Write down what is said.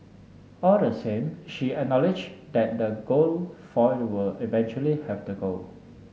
all the same she acknowledge that the gold foiled will eventually have to go